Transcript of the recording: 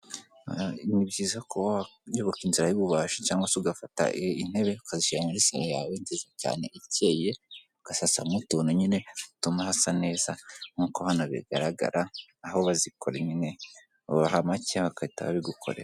Ni byiza kuba wayoboka inzira y'ububaji cyangwa se ugafata intebe ukazishyira muri yawe nziza cyane ikeye ugasasa mo ukuntu nyine bituma hasa neza nkuko hano bigaragara aho bazikora nyine babaha make bagahita babigukorera.